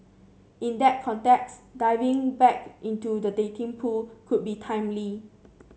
in that context diving back into the dating pool could be timely